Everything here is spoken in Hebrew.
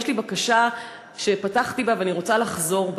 יש לי בקשה שפתחתי בה ואני רוצה לחזור עליה.